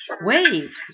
wave